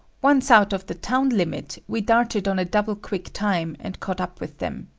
once out of the town limit, we darted on a double-quick time, and caught up with them.